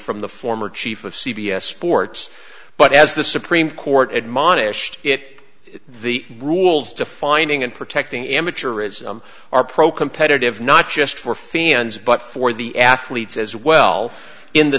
from the former chief of c b s sports but as the supreme court admonished it the rules defining and protecting amateurism are pro competitive not just for fans but for the athletes as well in the